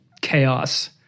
chaos